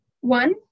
One